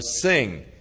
sing